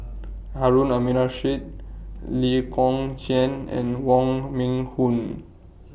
Harun Aminurrashid Lee Kong Chian and Wong Meng Voon